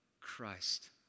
Christ